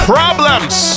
Problems